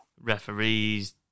referees